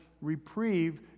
reprieve